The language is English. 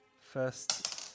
first